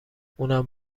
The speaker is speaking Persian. اونم